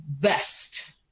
vest